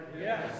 Yes